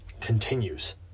continues